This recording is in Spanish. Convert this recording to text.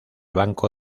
banco